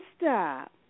stop